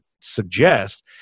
suggest